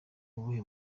ubuhe